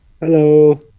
Hello